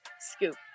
scoop